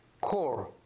core